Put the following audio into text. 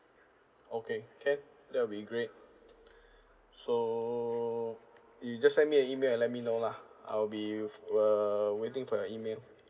okay can that will be great so you just send me an email and let me know lah I'll be uh waiting for your email